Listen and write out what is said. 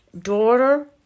daughter